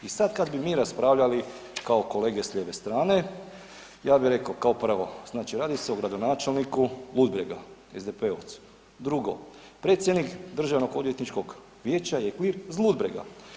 I sad kad bi mi raspravljali kao kolege s lijeve strane, ja bi rekao kao prvo, znači radi se o gradonačelniku Ludbrega, SDP-ovcu, drugo predjednik Državnoodvjetničkog vijeća Klier iz Ludbrega.